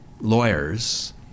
lawyers